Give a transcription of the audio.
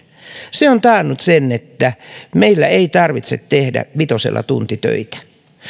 se on taannut sen että meillä ei tarvitse tehdä vitosella tuntitöitä